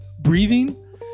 breathing